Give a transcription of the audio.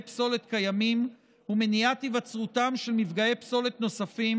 פסולת קיימים ומניעת היווצרותם של מפגעי פסולת נוספים